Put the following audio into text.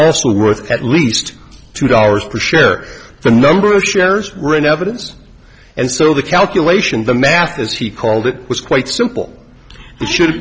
also worth at least two dollars per share the number of shares were in evidence and so the calculation the math as he called it was quite simple should